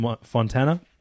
Fontana